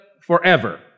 forever